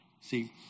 See